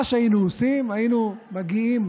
מה שהיינו עושים, היינו מגיעים